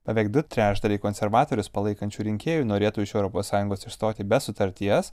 beveik du trečdaliai konservatorius palaikančių rinkėjų norėtų iš europos sąjungos išstoti be sutarties